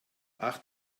ach